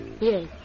Yes